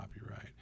copyright